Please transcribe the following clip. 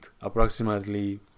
approximately